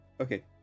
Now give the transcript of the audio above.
Okay